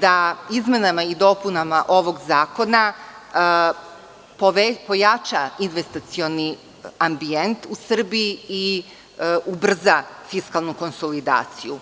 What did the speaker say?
da izmenama i dopunama ovog zakona pojača investicioni ambijent u Srbiji i ubrza fiskalnu konsolidaciju.